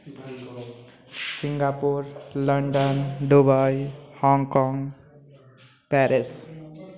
Singapore London Dubai Hong Kong Paris